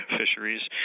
fisheries